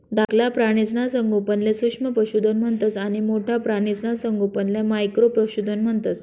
धाकला प्राणीसना संगोपनले सूक्ष्म पशुधन म्हणतंस आणि मोठ्ठा प्राणीसना संगोपनले मॅक्रो पशुधन म्हणतंस